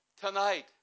tonight